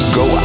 go